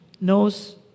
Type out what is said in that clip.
knows